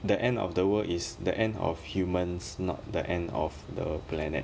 the end of the world is the end of humans not the end of the planet